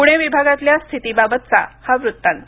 पुणे विभागातल्या स्थिती बाबतचा हा वृत्तांत